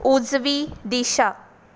उजवी दिशा